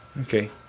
okay